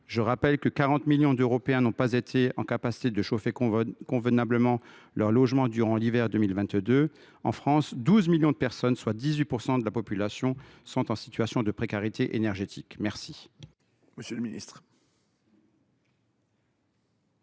Je rappelle que 40 millions d’Européens n’ont pas été en mesure de chauffer convenablement leur logement durant l’hiver 2022 et qu’en France, 12 millions de personnes, soit 18 % de la population, sont en situation de précarité énergétique. La